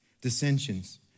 dissensions